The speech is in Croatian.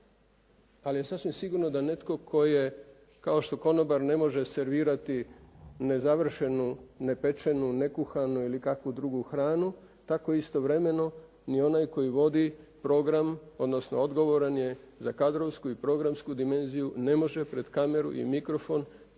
ali je sasvim sigurno da netko tko je kao što konobar ne može servirati nezavršenu, nepečenu, nekuhanu ili kakvu drugu hranu, tako istovremeno ni onaj koji vodi program, odnosno odgovoran je za kadrovsku i programsku dimenziju ne može pred kameru i mikrofon